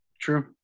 true